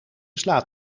slaat